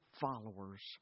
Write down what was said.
followers